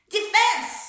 Defense